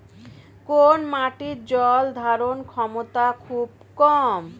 কোন মাটির জল ধারণ ক্ষমতা খুব কম?